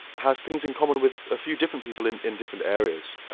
has things in common with a few different people in in different areas.